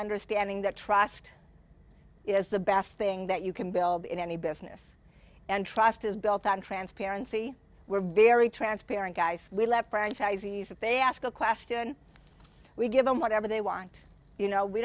understanding that trust is the best thing that you can build in any business and trust is built on transparency we're very transparent guys we're left franchisees if they ask a question we give them whatever they want you know we